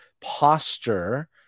posture